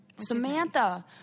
Samantha